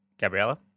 Gabriella